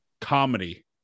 comedy